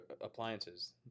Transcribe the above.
appliances